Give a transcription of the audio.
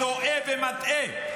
טועה ומטעה.